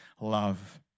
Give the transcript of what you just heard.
love